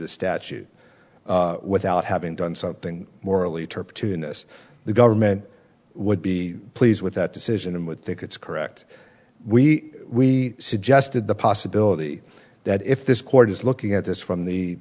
the statute without having done something morally turpitude this the government would be pleased with that decision and would think it's correct we suggested the possibility that if this court is looking at this from the